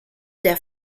der